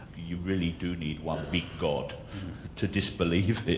you really do need one big god to disbelieve